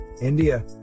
India